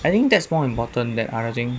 I think that's more important that other thing